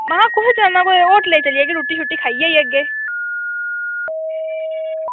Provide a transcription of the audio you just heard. महां कुत्थें चलना कुदै होटल चली जाह्गे रुट्टी छुट्टी खाई आगे